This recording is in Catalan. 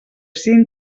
siguin